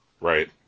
Right